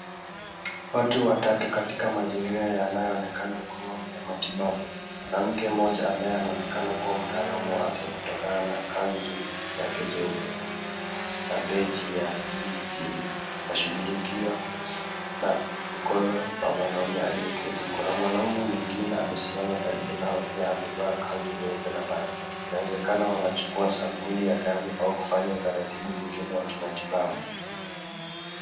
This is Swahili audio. Watu watatu katika mazingira yanayoonekana kuwa ya matibabu. Mwanamke mmoja ambaye anaonekana kuwa mtaalamu wa afya kutokana na kanzu yake jeupe na beji ya BD. Anashughulikia na mkono wa mwanamume aliyeketi. Kuna mwanamume mwingine amesimama karibu nao pia amevaa kanzu nyeupe na barakoa. Inawezekana wanachukua sampuli ya damu au kufanya utaratibu mwingine wa kimatibabu.